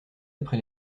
après